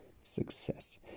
success